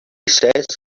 says